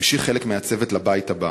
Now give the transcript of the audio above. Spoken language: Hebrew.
המשיך חלק מהצוות לבית הבא.